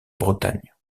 bretagne